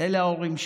אלה ההורים שלי,